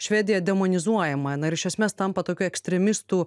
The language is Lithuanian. švedija demonizuojama na ir iš esmės tampa tokiu ekstremistų